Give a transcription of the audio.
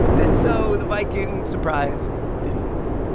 and so the viking surprise didn't work.